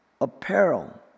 apparel